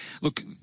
look